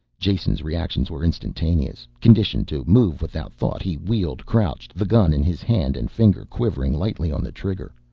jason's reactions were instantaneous, conditioned to move without thought. he wheeled, crouched, the gun in his hand and finger quivering lightly on the trigger,